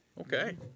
Okay